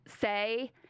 say